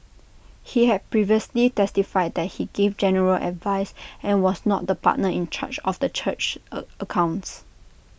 he had previously testified that he gave general advice and was not the partner in charge of the church's accounts